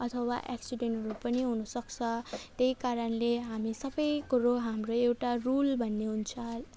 अथवा एक्सिडेन्टहरू पनि हुनु सक्छ त्यही कारणले हामी सबै कुरो हाम्रो एउटा रुल भन्ने हुन्छ